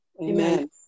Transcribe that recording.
Amen